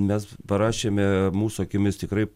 mes parašėme mūsų akimis tikrai